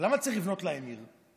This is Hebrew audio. למה צריך לבנות להם עיר?